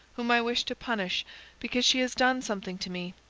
whom i wish to punish because she has done something to me.